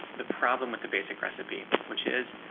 the problem with the basic recipe, which is